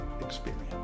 experience